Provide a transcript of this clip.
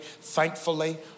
thankfully